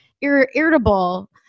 irritable